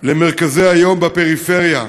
למרכזי-היום בפריפריה.